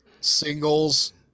singles